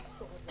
לעקור